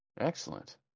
Excellent